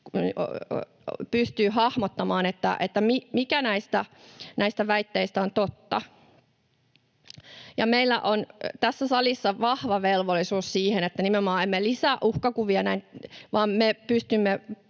pystyy hahmottamaan, mikä näistä väitteistä on totta. Ja meillä on tässä salissa vahva velvollisuus siihen, että nimenomaan emme lisää uhkakuvia vaan me pystymme